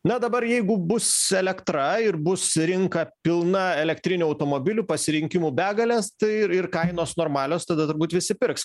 na dabar jeigu bus elektra ir bus rinka pilna elektrinių automobilių pasirinkimų begalės tai ir ir kainos normalios tada turbūt visi pirks